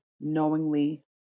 knowingly